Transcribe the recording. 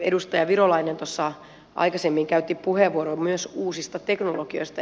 edustaja virolainen aikaisemmin käytti puheenvuoron myös uusista teknologioista